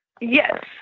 Yes